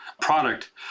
product